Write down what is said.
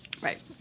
Right